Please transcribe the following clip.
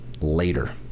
later